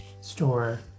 store